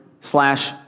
slash